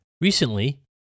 Recently